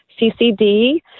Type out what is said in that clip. CCD